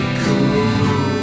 cool